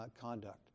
conduct